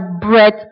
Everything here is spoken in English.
bread